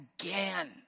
again